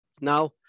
Now